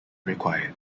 required